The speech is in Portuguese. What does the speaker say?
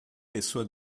pessoa